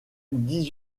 dix